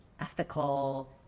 ethical